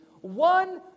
One